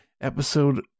episode